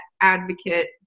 advocate